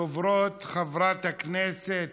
ראשונת הדוברות, חברת הכנסת